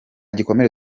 gikomere